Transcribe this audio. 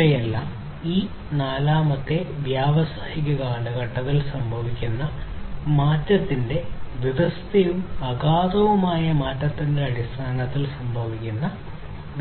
ഇവയെല്ലാം ഈ നാലാമത്തെ വ്യാവസായിക കാലഘട്ടത്തിൽ സംഭവിക്കുന്ന മാറ്റത്തിന്റെയും വ്യവസ്ഥാപിതവും അഗാധവുമായ മാറ്റത്തിന്റെ അടിസ്ഥാനത്തിൽ സംഭവിക്കുന്ന